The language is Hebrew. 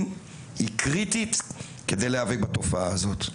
היא קריטית כדי להיאבק בתופעה הזאת.